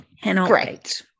Great